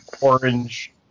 orange